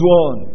one